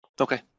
Okay